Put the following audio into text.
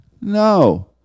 No